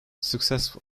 successful